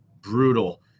Brutal